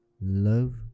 love